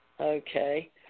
Okay